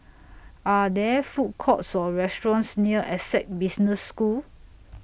Are There Food Courts Or restaurants near Essec Business School